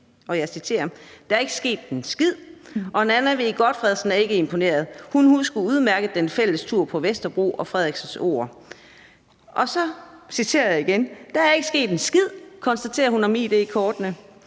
Det står der, og så står der nemlig: »Og Nanna W. Gotfredsen er ikke imponeret. Hun husker udmærket den fælles tur på Vesterbro og Frederiksens ord. »Der er ikke sket en skid«, konstaterer hun om id-kortene: